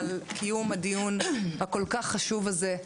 על קיום הדיון הכול כך חשוב הזה,